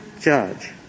judge